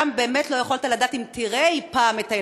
שם באמת לא יכולת לדעת אם תראה אי-פעם את הילדים,